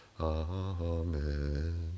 Amen